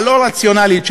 הלא-רציונלית,